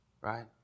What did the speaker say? right